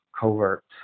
covert